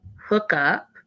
hookup